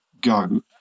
go